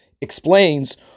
explains